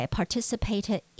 participated